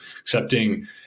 accepting